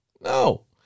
No